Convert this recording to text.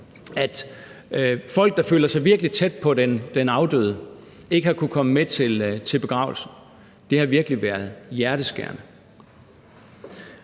så folk, der har følt sig virkelig tæt på den afdøde, ikke har kunnet komme med til begravelsen. Men det har jo været håndteret,